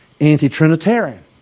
anti-Trinitarian